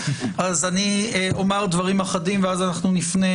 אז אומר דברים אחדים ונפנה